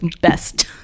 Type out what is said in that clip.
best